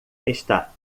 está